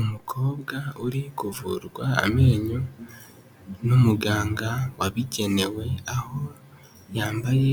Umukobwa uri kuvurwa amenyo n'umuganga wabigenewe, aho yambaye